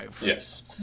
yes